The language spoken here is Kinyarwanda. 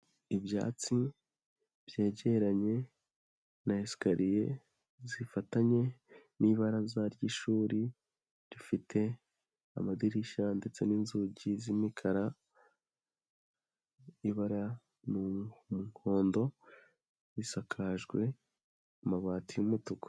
Ibyatsi byegeranye na esikariye zifatanye n'ibaraza ry'ishuri, rifite amadirishya ndetse n'inzugi z'imikara, ibara ni umuhondo risakajwe amabati y'umutuku.